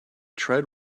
tread